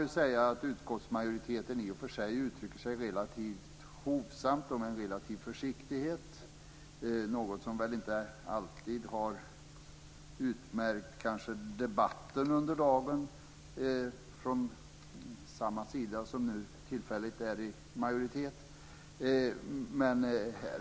Utskottsmajoriteten uttrycker sig i och för sig relativt hovsamt och med relativ försiktighet - någonting som väl inte alltid har utmärkt debatten under dagen från den sida som nu tillfälligt är i majoritet.